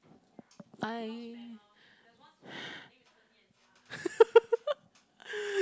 I